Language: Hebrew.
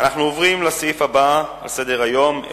אנחנו עוברים לסעיף הבא על סדר-היום,